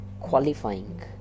qualifying